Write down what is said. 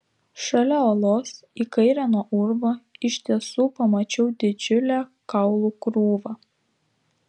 šalia uolos į kairę nuo urvo iš tiesų pamačiau didžiulę kaulų krūvą